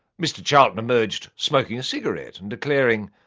mr charlton emerged smoking a cigarette and declaring,